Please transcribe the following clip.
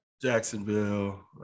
Jacksonville